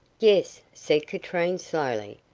yes, said katrine, slowly,